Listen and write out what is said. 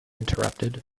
interrupted